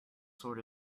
sort